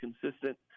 consistent